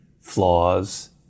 flaws